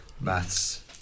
Maths